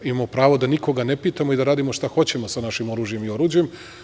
Imamo pravo, da nikoga ne pitamo i da radimo šta hoćemo sa našim oružjem i oruđem.